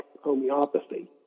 homeopathy